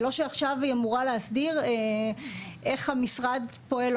זה לא שעכשיו היא אמורה להסדיר איך המשרד פועל,